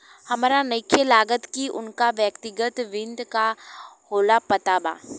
हामरा नइखे लागत की उनका व्यक्तिगत वित्त का होला पता बा